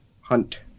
hunt